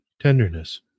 tenderness